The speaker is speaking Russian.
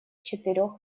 четырех